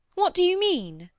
what do you mean?